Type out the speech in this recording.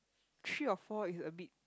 three or four is a bit